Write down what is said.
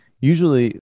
usually